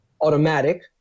automatic